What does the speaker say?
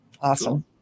awesome